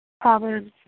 Proverbs